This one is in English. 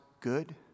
good